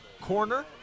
Corner